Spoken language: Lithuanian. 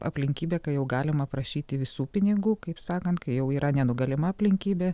aplinkybė kai jau galima prašyti visų pinigų kaip sakant kai jau yra nenugalima aplinkybė